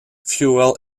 fuel